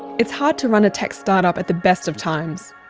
it's hard to run a tech start-up at the best of times.